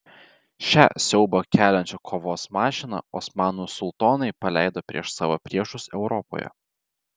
šią siaubą keliančią kovos mašiną osmanų sultonai paleido prieš savo priešus europoje